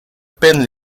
peine